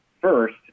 first